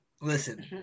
Listen